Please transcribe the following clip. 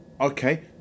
Okay